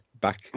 back